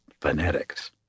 phonetics